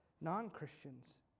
non-Christians